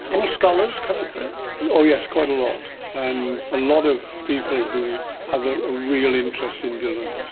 any scholars coming through? yeah oh yes, quite a lot, and a lot of people who have ah a real interest in dylan,